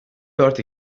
dört